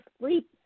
sleep